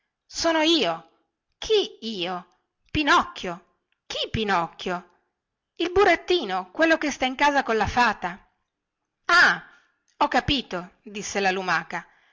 sono io chi io pinocchio chi pinocchio il burattino quello che sta in casa colla fata ah ho capito disse la lumaca